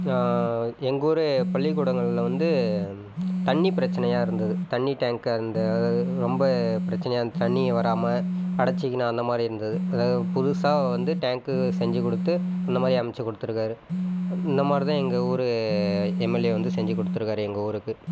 எங்கள் ஊர் பள்ளிக்கூடங்களில் வந்து தண்ணி பிரச்சினையா இருந்தது தண்ணி டேங்க்கு அந்த ரொம்ப பிரச்சினையா இருந்தது தண்ணி வராமல் அடச்சுக்கின்னு அந்தமாதிரி இருந்தது புதுசாக வந்து டேங்க்கு செஞ்சு கொடுத்து அந்தமாதிரி அமச்சு கொடுத்துருக்காரு இந்தமாதிரி தான் எங்கள் ஊர் எம்எல்ஏ வந்து செஞ்சு கொடுத்துருக்காரு எங்கள் ஊருக்கு